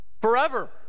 forever